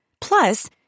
Plus